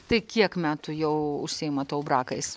tai kiek metų jau užsiimat aubrakais